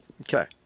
Okay